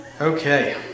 Okay